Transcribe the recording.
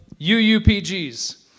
UUPGs